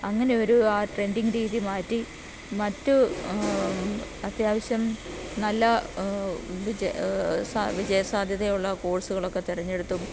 അങ്ങനെ ഒരു ആ ട്രെൻഡിങ് രീതി മാറ്റി മറ്റ് അത്യാവശ്യം നല്ല വിജയ വിജയസാധ്യത ഉള്ള കോഴ്സുകളൊക്കെ തിരഞ്ഞെടുത്തും